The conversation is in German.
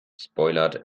spoilert